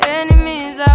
enemies